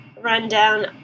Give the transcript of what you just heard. rundown